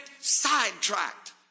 sidetracked